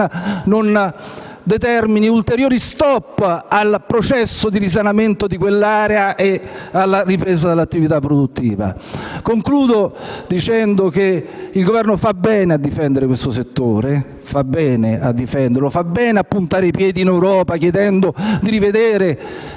non determini ulteriori stop al processo di risanamento di quell'area e alla ripresa dell'attività produttiva. Concludo dicendo che il Governo fa bene a difendere questo settore e a puntare i piedi in Europa, chiedendo di rivedere